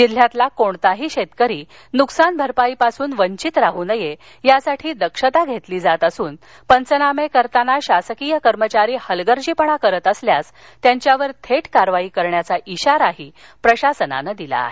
जिल्ह्यातला कोणताही शेतकरी नुकसान भरपाईपासून वंचित राहू नये यासाठी दक्षता घेतली जात असून पंचनामे करताना शासकीय कर्मचारी हलगर्जीपणा करत असल्यास त्यांच्यावर थेट कारवाई करण्याचा इशाराही प्रशासनानं दिला आहे